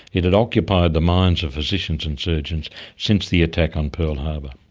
it had occupied the minds of physicians and surgeons since the attack on pearl harbor,